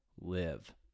live